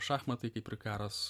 šachmatai kaip ir karas